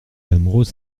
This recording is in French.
amoureux